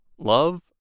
Love